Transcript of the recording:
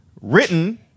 written